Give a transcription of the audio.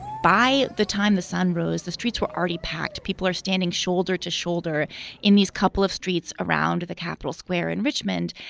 by the time the sun rose, the streets were already packed. people are standing shoulder to shoulder in these couple of streets around the capital square in richmond.